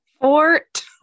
Fort